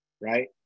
right